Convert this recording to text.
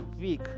week